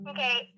Okay